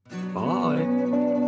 bye